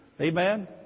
Amen